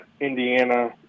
Indiana